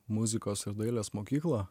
muzikos ir dailės mokyklą